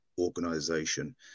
organization